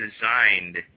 designed